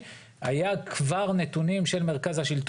מבחינת דרישות